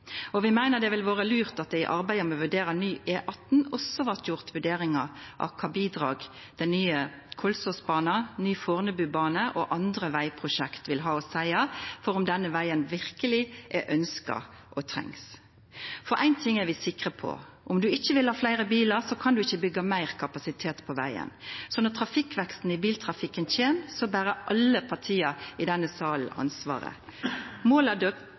Vi meiner det ville vore lurt at det i arbeidet med å vurdera ny E18 også blei gjort vurderingar av kva bidrag den nye Kolsåsbanen, ny Fornebubane og andre vegprosjekt vil ha å seia for om denne vegen verkeleg er ønskt og trengst. Ein ting er vi sikre på: Om du ikkje vil ha fleire bilar, kan du ikkje byggja meir kapasitet på vegen. Så når veksten i biltrafikken kjem, ber alle partia i denne salen ansvaret. Måla de vedtek, er